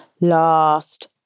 Last